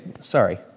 sorry